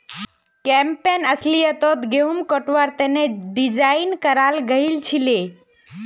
campaign अस्लियतत गहुम कटवार तने डिज़ाइन कराल गएल छीले